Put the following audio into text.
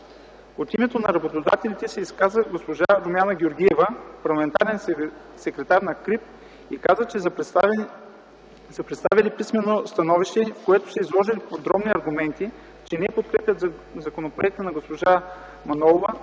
От името на работодателите се изказа госпожа Румяна Георгиева – парламентарен секретар на КРИБ, и каза, че са представили писмено становище, в което са изложили подробно аргументи, че не подкрепят законопроекта на госпожа Манолова,